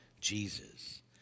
Jesus